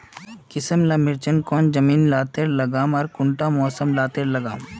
किसम ला मिर्चन कौन जमीन लात्तिर लगाम आर कुंटा मौसम लात्तिर लगाम?